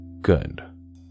good